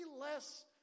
less